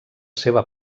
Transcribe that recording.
seva